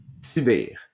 Subir